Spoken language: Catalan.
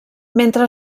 mentre